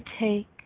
take